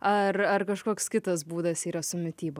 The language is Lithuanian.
ar ar kažkoks kitas būdas yra su mityba